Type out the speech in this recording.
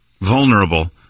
vulnerable